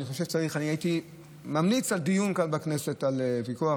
אני ממליץ על דיון בכנסת על פיקוח.